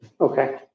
Okay